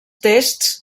tests